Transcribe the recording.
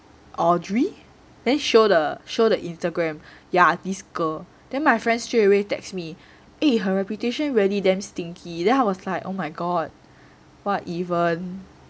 audrey then show show the Instagram ya this girl then my friend straight away text me eh her reputation really damn stinky then I was like oh my god what even